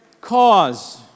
cause